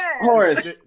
Horace